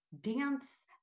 dance